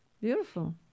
Beautiful